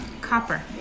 Copper